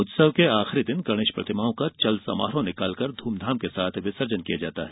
उत्सव के आखरी दिन गणेश प्रतिमाओं का चल समारोह निकालकर ध्रम धाम के साथ विसर्जन किया जाता है